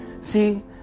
See